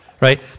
right